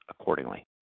accordingly